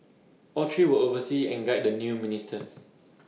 all three will oversee and guide the new ministers